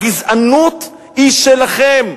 הגזענות היא שלכם.